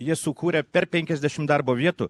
jie sukūrė per penkiasdešimt darbo vietų